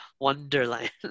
wonderland